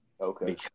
Okay